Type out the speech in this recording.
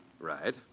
Right